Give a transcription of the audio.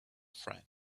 friend